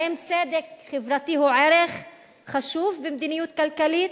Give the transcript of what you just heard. האם צדק חברתי הוא ערך חשוב במדיניות כלכלית?